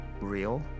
real